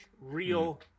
real